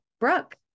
Brooke